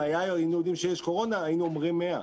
אם היינו יודעים שיש קורונה, היינו אומרים 100,